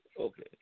Okay